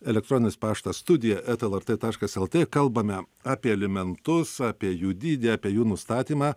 elektroninis paštas studija eta lrt taškas lt kalbame apie alimentus apie jų dydį apie jų nustatymą